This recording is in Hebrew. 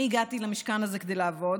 אני הגעתי למשכן הזה כדי לעבוד.